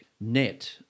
net